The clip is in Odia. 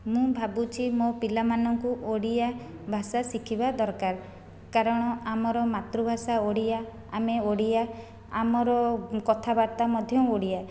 ମୁଁ ଭାବୁଛି ମୋ ପିଲାମାନଙ୍କୁ ଓଡ଼ିଆ ଭାଷା ଶିଖିବା ଦରକାର କାରଣ ଆମର ମାତୃଭାଷା ଓଡ଼ିଆ ଆମେ ଓଡ଼ିଆ ଆମର କଥାବାର୍ତ୍ତା ମଧ୍ୟ ଓଡ଼ିଆ